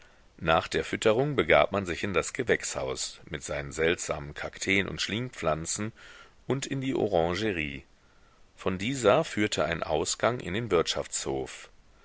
nach der fütterung begab man sich in das gewächshaus mit seinen seltsamen kakteen und schlingpflanzen und in die orangerie von dieser führte ein ausgang in den wirtschaftshof